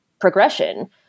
progression